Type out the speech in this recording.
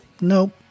nope